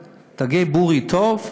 תגיד, בורי טוב?